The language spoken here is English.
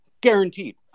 guaranteed